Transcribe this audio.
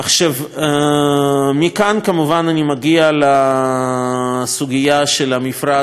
מכאן כמובן אני מגיע לסוגיה של המפרץ באופן כללי,